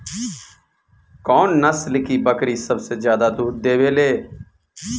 कौन नस्ल की बकरी सबसे ज्यादा दूध देवेले?